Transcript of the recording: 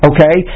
Okay